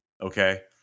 Okay